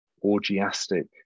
orgiastic